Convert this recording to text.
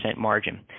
margin